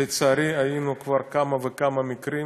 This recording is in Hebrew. לצערי היו כבר כמה וכמה מקרים